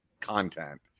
content